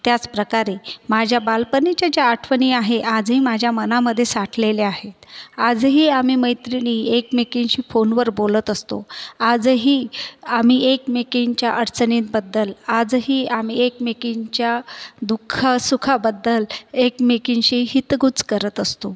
त्याचप्रकारे माझ्या बालपणीच्या ज्या आठवणी आहे आजही माझ्या मनामध्ये साठलेल्या आहेत आजही आम्ही मैत्रिणी एकमेकींशी फोनवर बोलत असतो आजही आम्ही एकमेकींच्या अडचणींबद्दल आजही आम्ही एकमेकींच्या दुःखसुखाबद्दल एकमेकींशी हितगुज करत असतो